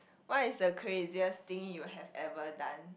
what is the craziest thing you have ever done